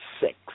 six